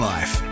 Life